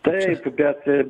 taip bet